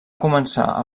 començar